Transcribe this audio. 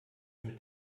mit